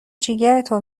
جیگرتو